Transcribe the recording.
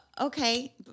Okay